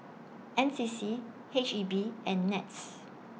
N C C H E B and Nets